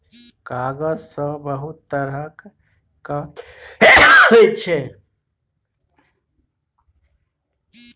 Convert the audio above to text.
कागज सँ बहुत तरहक काज होइ छै